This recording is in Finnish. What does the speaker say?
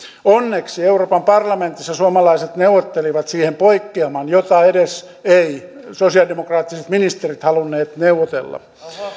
onneksi euroopan parlamentissa suomalaiset neuvottelivat siihen poikkeaman jota edes eivät sosiaalidemokraattiset ministerit halunneet neuvotella